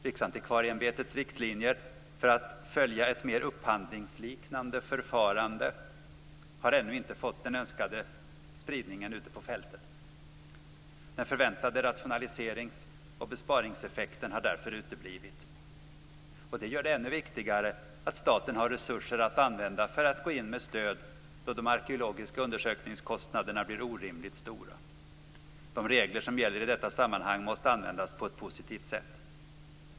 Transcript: Riksantikvarieämbetets riktlinjer för att följa ett mer upphandlingsliknande förfarande har ännu inte fått den önskade spridningen ute på fältet. Den förväntade rationaliserings och besparingseffekten har därför uteblivit. Det gör det ännu viktigare att staten har resurser att använda för att gå in med stöd då de arkeologiska undersökningskostnaderna blir orimligt stora. De regler som gäller i detta sammanhang måste användas på ett positivt sätt.